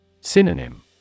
Synonym